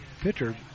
pitcher